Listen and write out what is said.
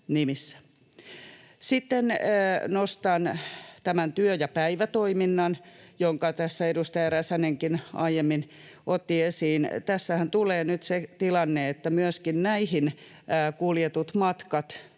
Sitten nostan tämän työ- ja päivätoiminnan, jonka edustaja Räsänenkin aiemmin otti esiin. Tässähän tulee nyt se tilanne, että myöskin näihin kuljetut matkat